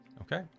okay